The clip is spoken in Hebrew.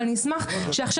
אבל אני אשמח שעכשיו